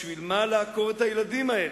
בשביל מה לעקור את הילדים האלה?